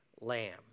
Lamb